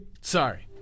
Sorry